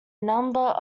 number